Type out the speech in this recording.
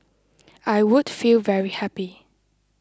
I would feel very happy